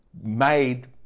made